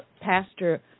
Pastor